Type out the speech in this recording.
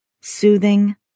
Soothing